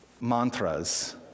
mantras